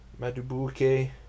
Madubuke